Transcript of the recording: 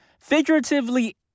Figuratively